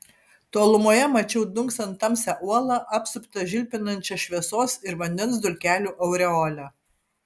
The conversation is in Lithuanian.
tolumoje mačiau dunksant tamsią uolą apsuptą žilpinančia šviesos ir vandens dulkelių aureole